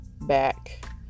back